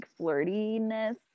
flirtiness